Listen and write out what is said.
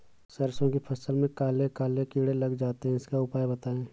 सरसो की फसल में काले काले कीड़े लग जाते इसका उपाय बताएं?